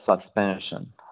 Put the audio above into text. suspension